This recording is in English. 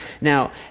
Now